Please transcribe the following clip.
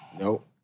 Nope